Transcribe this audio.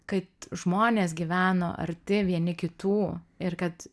kad žmonės gyveno arti vieni kitų ir kad